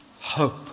hope